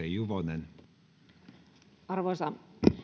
arvoisa